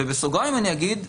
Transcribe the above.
ובסוגריים אני אגיד,